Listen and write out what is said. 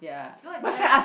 you want to travel